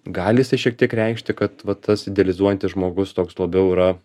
gali jisai šiek tiek reikšti kad va tas idealizuojantis žmogus toks labiau yra